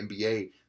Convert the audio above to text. NBA